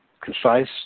concise